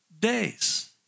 days